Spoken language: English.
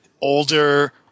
older